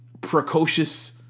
precocious